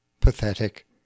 pathetic